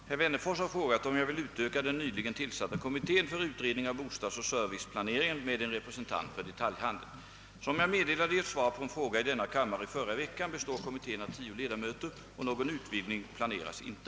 Herr talman! Herr Wennerfors har frågat om jag vill utöka den nyligen tillsatta kommittén för utredning av bostadsoch serviceplaneringen med en representant för detaljhandeln. Som jag meddelade i ett svar på en fråga i denna kammare i förra veckan består kommittén av tio ledamöter och någon utvidgning planeras inte.